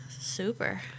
super